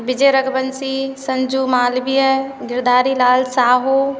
Vijay Raghuvanshi Sanju Malviya Girdhari Lal Sahu